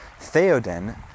Theoden